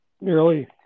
nearly